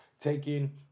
taking